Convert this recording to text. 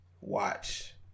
Watch